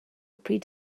bryd